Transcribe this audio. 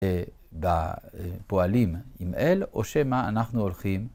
‫בפועלים עם אל, ‫או שמה, אנחנו הולכים...